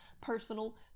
personal